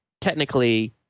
technically